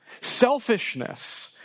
Selfishness